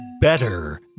better